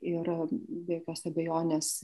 ir be jokios abejonės